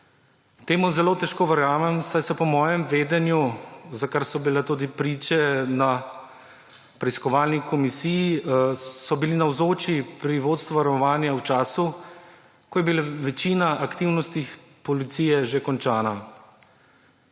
Temu zelo težko verjamem, saj so po mojem vedenju, za kar so bile tudi priče na preiskovalni komisiji, bili navzoči pri vodstvu varovanja v času, ko je bila večina aktivnosti policije že končana.